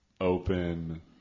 open